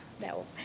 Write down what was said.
no